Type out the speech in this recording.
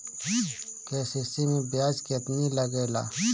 KCC मै ब्याज केतनि लागेला?